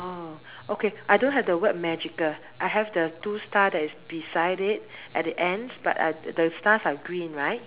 orh okay I don't have the word magical I have the two stars that is beside it at the ends but uh the stars are green right